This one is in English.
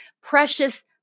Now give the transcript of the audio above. precious